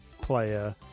player